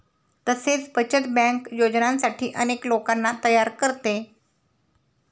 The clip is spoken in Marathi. तसेच बचत बँक योजनांसाठी अनेक लोकांना तयार करते